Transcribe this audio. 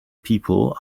people